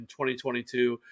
2022